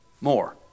more